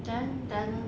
then then